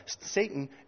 Satan